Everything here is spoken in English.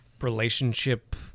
relationship